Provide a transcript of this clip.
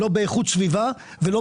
אתה דיברת,